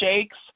shakes